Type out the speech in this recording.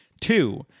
two